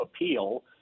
appeal